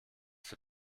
für